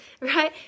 right